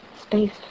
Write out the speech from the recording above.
space